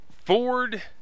ford